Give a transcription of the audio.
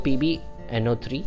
PbNO3